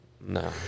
No